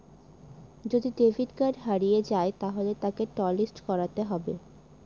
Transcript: যদি debit card হারিয়ে যায় তাহলে তাকে টলিস্ট করাতে হবে